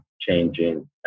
changing